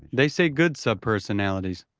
they say, good subpersonalities,